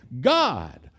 God